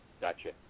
Gotcha